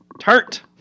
tart